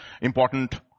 important